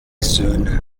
söhne